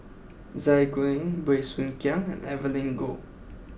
Zai Kuning Bey Soo Khiang and Evelyn Goh